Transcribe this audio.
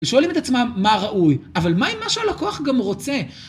ושואלים את עצמם מה ראוי, אבל מה אם משהו על הכוח גם רוצה?